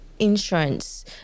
insurance